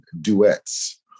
duets